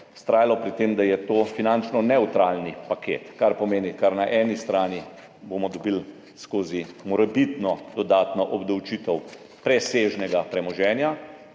vztrajalo pri tem, da je to finančno nevtralen paket, kar pomeni, da bomo, kar bomo na eni strani dobili skozi morebitno dodatno obdavčitev presežnega premoženja,